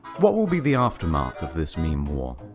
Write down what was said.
what will be the aftermath of this meme war?